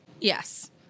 Yes